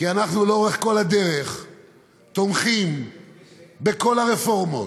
כי אנחנו לאורך כל הדרך תומכים בכל הרפורמות,